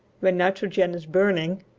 when nitrogen is burning,